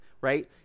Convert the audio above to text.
right